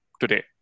today